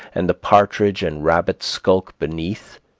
and the partridge and rabbit skulk beneath